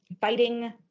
Fighting